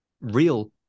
real